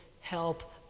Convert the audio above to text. help